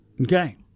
Okay